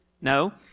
No